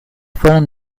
fueron